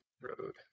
Road